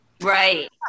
Right